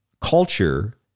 culture